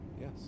Yes